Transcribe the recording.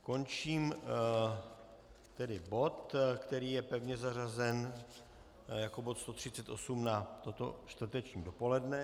Končím tedy bod, který je pevně zařazen jako bod 138 na toto čtvrteční dopoledne.